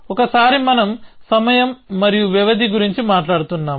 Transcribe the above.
ఒకసారి మనం సమయం మరియు వ్యవధి గురించి మాట్లాడుతున్నాము